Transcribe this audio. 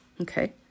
Okay